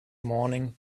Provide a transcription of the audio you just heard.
morning